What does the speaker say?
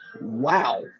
Wow